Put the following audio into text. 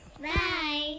bye